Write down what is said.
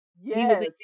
Yes